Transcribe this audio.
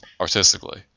artistically